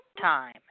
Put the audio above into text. time